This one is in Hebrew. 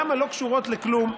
גם הלא-קשורות לכלום,